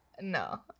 No